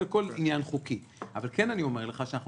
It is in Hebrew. זה כמו כל עניין חוקי אבל כן אני אומר לך שאנחנו